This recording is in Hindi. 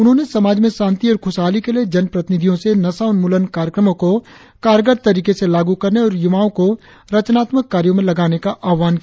उन्होंने समाज में शांति और खुशहाली के लिए जनप्रतिनिधियों से नशा उनमूलन कार्यक्रमो को कारगर तरीके से लागू करने और युवाओं को रचनात्मक कार्यो में लगाने का आह्वान किया है